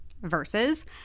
versus